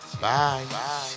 Bye